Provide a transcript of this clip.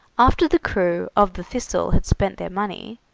after the crew of the thistle had spent their money,